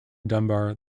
dunbar